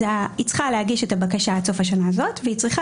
היא צריכה להגיש את הבקשה עד סוף השנה הזאת והיא צריכה